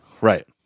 right